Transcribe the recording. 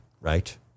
Right